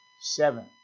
seven